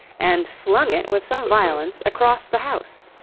and flung it with some violence across the house.